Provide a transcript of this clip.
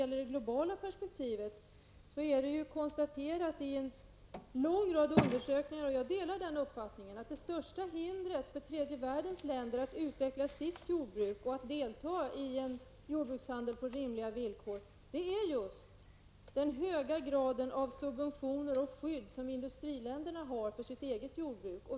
I det globala perspektivet har man i stället i en lång rad undersökningar konstaterat -- och jag delar denna uppfattning -- att det största hindret för tredje världens länder att utveckla sitt jordbruk och delta i en livsmedelshandel på rimliga villkor är just den höga graden av subventioner och skydd som industriländerna har för sitt eget jordbruk.